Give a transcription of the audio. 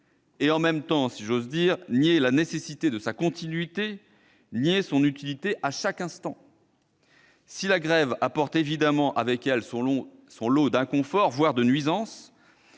et, en même temps, si j'ose dire, nier la nécessité de sa continuité, contester son utilité à chaque instant ! Si la grève apporte évidemment son lot d'inconforts, voire de nuisances,